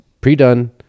pre-done